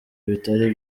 bitari